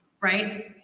right